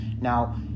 Now